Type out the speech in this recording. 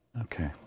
Okay